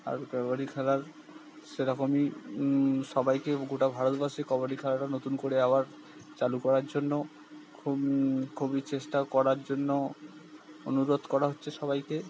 আর কবাডি খেলার সেরকমই সবাইকেই গোটা ভারতবর্ষে কবাডি খেলাটা নতুন করে আবার চালু করার জন্য খুব খুবই চেষ্টা করার জন্য অনুরোধ করা হচ্ছে সবাইকে